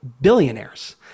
billionaires